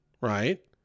right